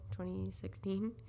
2016